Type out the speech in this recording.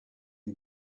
you